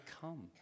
come